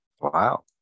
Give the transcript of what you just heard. Wow